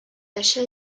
achat